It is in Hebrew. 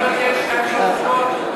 אפשר לבקש שתיים-שלוש דקות?